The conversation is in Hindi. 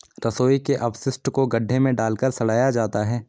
रसोई के अपशिष्ट को गड्ढे में डालकर सड़ाया जाता है